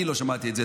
אני לא שמעתי את זה.